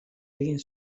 egin